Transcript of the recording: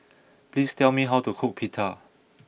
please tell me how to cook Pita